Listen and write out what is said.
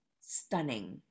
stunning